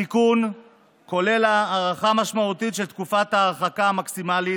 התיקון כולל הארכה משמעותית של תקופת ההרחקה המקסימלית,